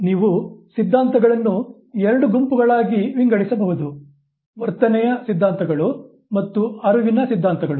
ನೀವು ಸಿದ್ಧಾಂತಗಳನ್ನು ಎರಡು ಗುಂಪುಗಳಾಗಿ ವಿಂಗಡಿಸಬಹುದು ವರ್ತನೆಯ ಸಿದ್ಧಾಂತಗಳು ಮತ್ತು ಅರಿವಿನ ಸಿದ್ಧಾಂತಗಳು